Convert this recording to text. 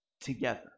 together